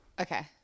Okay